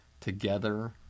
Together